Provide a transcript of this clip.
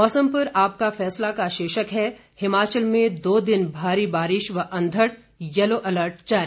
मौसम पर आपका फैसला का शीर्षक है हिमाचल में दो दिन भारी बारिश और अंधड़ येलो अलर्ट जारी